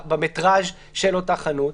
במטראז' של אותה חנות.